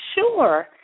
Sure